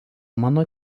mano